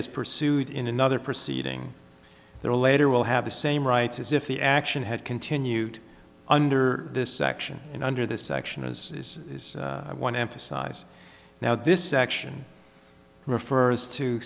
is pursued in another proceeding there later will have the same rights as if the action had continued under this section and under this section as i want to emphasize now this section refers to